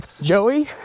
Joey